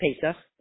Pesach